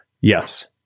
yes